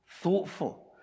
Thoughtful